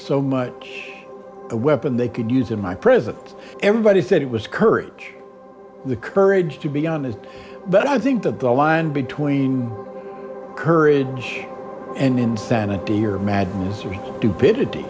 so much a weapon they could use in my presence everybody said it was courage the courage to be honest but i think that the line between courage and insanity or madness